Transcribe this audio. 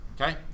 okay